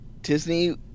Disney